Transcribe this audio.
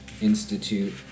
Institute